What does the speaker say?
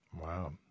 Wow